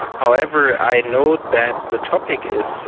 however, i note that the topic is,